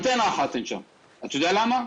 אתה יודע למה?